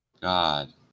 God